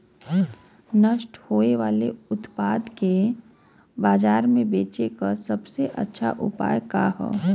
नष्ट होवे वाले उतपाद के बाजार में बेचे क सबसे अच्छा उपाय का हो?